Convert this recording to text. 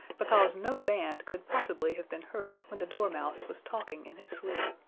because no band could possibly have been heard when the dormouse was talking in his sleep.